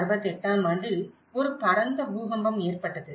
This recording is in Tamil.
1968 ஆம் ஆண்டில் ஒரு பரந்த பூகம்பம் ஏற்பட்டது